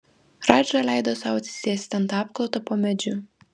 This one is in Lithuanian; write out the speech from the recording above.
radža leido sau atsisėsti ant apkloto po medžiu